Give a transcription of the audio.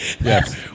Yes